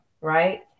right